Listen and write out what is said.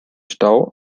stau